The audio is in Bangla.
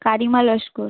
কারিমা লস্কর